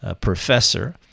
professor